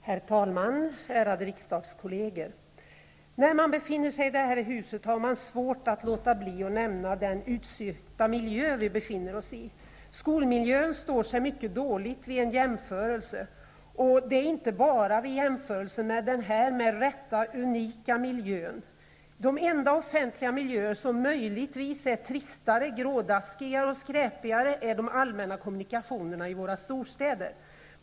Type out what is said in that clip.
Herr talman, ärade riksdagskolleger! När man är i detta hus har man svårt att låta bli att nämna den utsökta miljö vi befinner oss i. Skolmiljön står sig mycket slätt vid en jämförelse. Det gäller inte bara vid en jämförelse med denna med rätta unika miljö. De enda offentliga miljöer som möjligtvis är tristare, grådaskigare och skräpigare än skolans är miljön kring de allmänna kommunikationerna i våra storstäder.